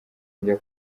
njya